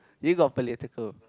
you got political